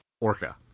Orca